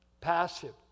passive